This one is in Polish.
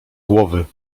głowy